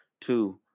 Two